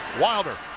Wilder